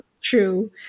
true